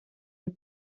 des